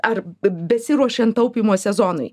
ar besiruošiant taupymo sezonai